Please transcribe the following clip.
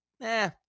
Nah